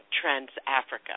Trans-Africa